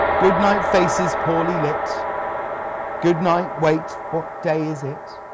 goodnight faces poorly lit goodnight, wait, what day is it